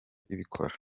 ibikora